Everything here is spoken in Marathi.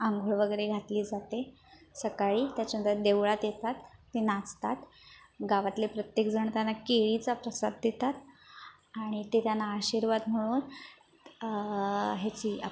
आंघोळ वगैरे घातली जाते सकाळी त्याच्यानंतर देवळात येतात ते नाचतात गावातले प्रत्येकजण त्यांना केळीचा प्रसाद देतात आणि ते त्यांना आशीर्वाद म्हणून ह्याची आपली